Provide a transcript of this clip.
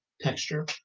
texture